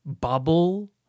bubble